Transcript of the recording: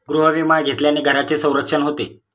गृहविमा घेतल्याने घराचे संरक्षण होते